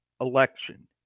Election